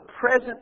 present